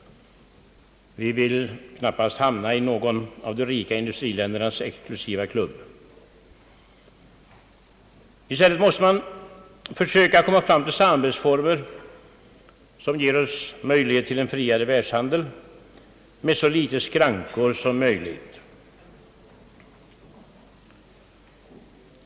Vi vill knappast hamna i någon av de rika industriländernas exklusiva klubbar. I stället måste man försöka komma fram till samarbetsformer som ger oss möjlighet till en friare världshandel med så få skrankor som möjligt.